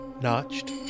notched